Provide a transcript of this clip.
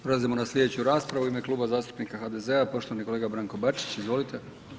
Prelazimo na slijedeću raspravu u ime Kluba zastupnika HDZ-a poštovani kolega Branko Bačić, izvolite.